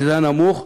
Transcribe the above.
שזה הנמוך,